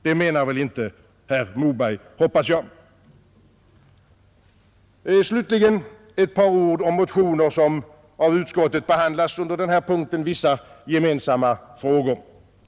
Det menar väl inte herr Moberg, hoppas jag. Slutligen vill jag säga ett par ord om några motioner som av utskottet behandlas under denna punkt, ”Vissa gemensamma frågor”.